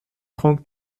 trente